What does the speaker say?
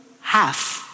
half